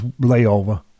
layover